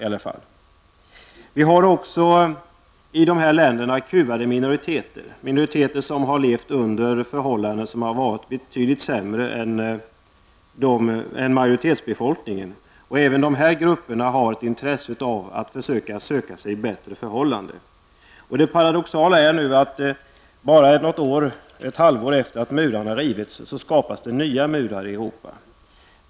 Det finns också i de här länderna kuvade minoriteter, minoriteter som har levt under betydligt sämre förhållanden än majoritetsbefolkningen. Även dessa grupper har ett intresse av att söka sig bättre förhållanden. Det paradoxala är nu att bara något halvår efter det att murarna rivits, skapas det nya murar i Europa.